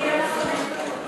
גברתי,